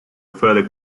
further